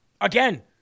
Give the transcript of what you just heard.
Again